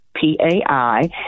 P-A-I